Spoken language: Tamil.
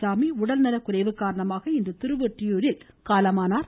சாமி உடல்நலக்குறைவு காரணமாக இன்று திருவொற்றியூரில் காலமானார்